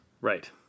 right